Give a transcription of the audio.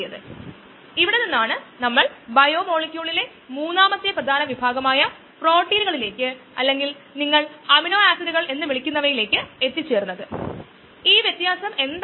ഇത് എൻസൈമിനെ ബന്ധിപ്പിച്ച് പ്രതിപ്രവർത്തനം തടയുകയും അതുവഴി മത്സരം നൽകുകയും ചെയ്യുന്നു ഇത് കോംപ്റ്റിറ്റിവ് ഇൻഹിബിഷൻ എന്ന് വിളിക്കപ്പെടുന്നു അതുവഴി എൻസൈമിനെ ബന്ധിപ്പിക്കുന്ന പ്രക്രിയയിൽ ആണ് സബ്സ്ട്രേറ്റ്